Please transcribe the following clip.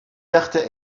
dachte